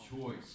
choice